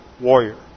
warrior